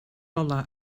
olau